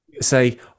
say